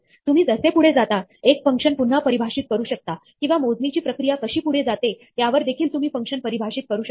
तुम्ही जसे पुढे जाता एक फंक्शन पुन्हा परिभाषित करू शकता किंवा मोजणीची प्रक्रिया कशी पुढे जाते यावर देखील तुम्ही फंक्शन परिभाषित करू शकता